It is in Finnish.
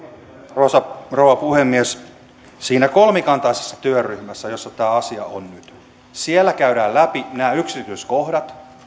arvoisa rouva puhemies siinä kolmikantaisessa työryhmässä jossa tämä asia on nyt käydään läpi nämä yksityiskohdat